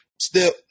step